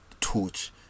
torch